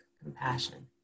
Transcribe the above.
compassion